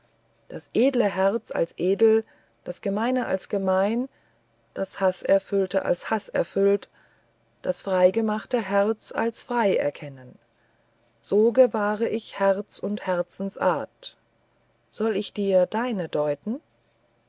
das edle herz als edel das gemeine als gemein das haßerfüllte herz als haßerfüllt das freigemachte herz als frei erkennen so gewahre ich herz und herzensart soll ich dir deine deuten